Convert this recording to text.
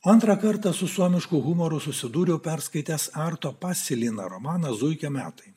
antrą kartą su suomišku humoru susidūriau perskaitęs arto pasilina romaną zuikio metai